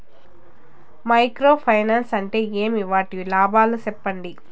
Micro finance అంటే ఏమి? వాటి లాభాలు సెప్పండి?